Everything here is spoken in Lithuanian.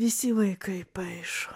visi vaikai paišo